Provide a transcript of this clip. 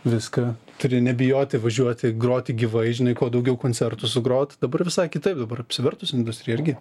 viską turi nebijoti važiuoti groti gyvai žinai kuo daugiau koncertų sugroti dabar visai kitaip dabar apsivertus industrija irgi